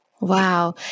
Wow